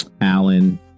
Allen